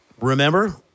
Remember